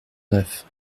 neuf